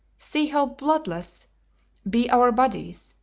see how bloodless be our bodies,